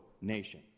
nation